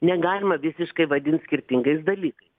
negalima visiškai vadint skirtingais dalykais